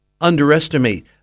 underestimate